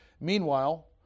Meanwhile